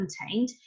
contained